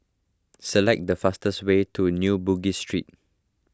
select the fastest way to New Bugis Street